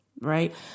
Right